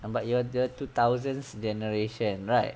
um but you are the two thousands generation right